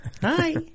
Hi